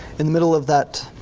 in the middle of that